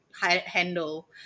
Handle